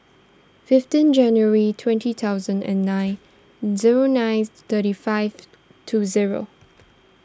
fifteen January twenty thousand and nine zero nine thirty five two zero